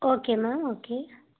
okay ma'am okay